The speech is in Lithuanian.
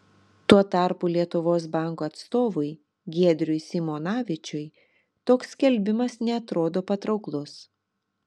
tuo tarpu lietuvos banko atstovui giedriui simonavičiui toks skelbimas neatrodo patrauklus